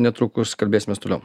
netrukus kalbėsimės toliau